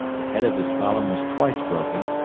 the head of his column was twice broken,